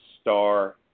star